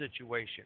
situation